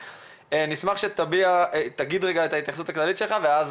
נשמח לשמוע את ההתייחסות הכללית שלך ואז